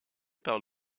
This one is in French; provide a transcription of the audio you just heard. par